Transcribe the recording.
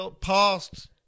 Past